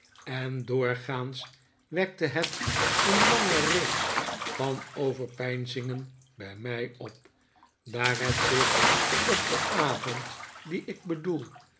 en doorgaans wekte het een lange reeks van overpeinzingen bij mij opdaar het zich op den avond dien ik bedoel